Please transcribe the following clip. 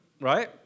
Right